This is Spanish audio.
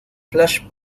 flash